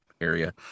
area